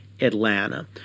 Atlanta